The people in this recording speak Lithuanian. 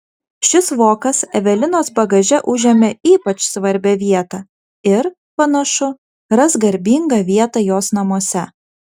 šis vokas evelinos bagaže užėmė ypač svarbią vietą ir panašu ras garbingą vietą jos namuose